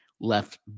left